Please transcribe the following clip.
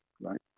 right